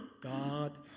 God